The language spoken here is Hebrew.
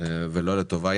ולא לטובה.